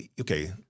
okay